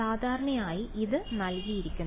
സാധാരണയായി ഇത് നൽകിയിരിക്കുന്നു